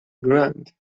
grunt